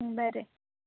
बरें